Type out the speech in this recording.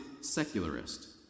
secularist